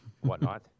whatnot